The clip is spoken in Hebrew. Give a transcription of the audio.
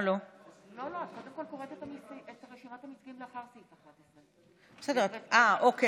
את קודם קוראת את רשימת המסתייגים לאחרי סעיף 11. אוקיי,